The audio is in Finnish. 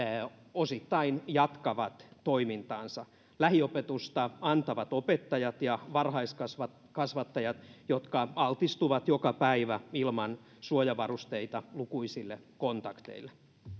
osittain jatkavat toimintaansa lähiopetusta antavat opettajat ja varhaiskasvattajat jotka altistuvat joka päivä ilman suojavarusteita lukuisille kontakteille